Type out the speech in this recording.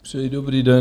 Přeji dobrý den.